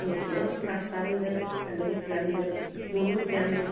വീട്ടിൽ ഭർത്താവുണ്ട് രണ്ട് കുട്ടികളൂണ്ട് മൂന്ന് കുട്ടികളുണ്ട്